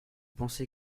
pensez